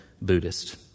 Buddhist